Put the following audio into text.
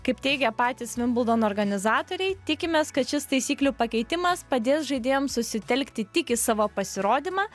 kaip teigia patys vimbldono organizatoriai tikimės kad šis taisyklių pakeitimas padės žaidėjams susitelkti tik į savo pasirodymą